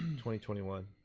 twenty twenty one.